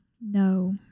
no